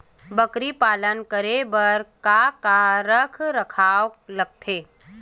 बकरी पालन करे बर काका रख रखाव लगथे?